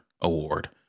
Award